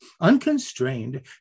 unconstrained